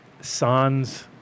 sans